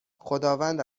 خداوند